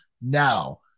Now